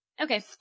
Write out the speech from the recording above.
okay